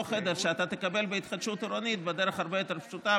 חדר שאתה תקבל בהתחדשות עירונית בדרך הרבה יותר פשוטה,